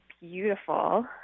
beautiful